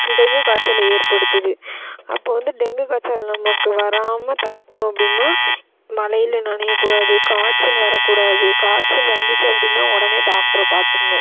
dengue காய்ச்சல ஏற்படுத்துது அப்போ வந்து டெங்கு காய்ச்சல் நமக்கு வராமல் தடுக்கணும் அப்படின்னா மழையில் நனையக்கூடாது காய்ச்சல் வரக்கூடாது காய்ச்சல் வந்துச்சு அப்படின்னா உடனே டாக்ட்ரை பார்த்துர்ணும்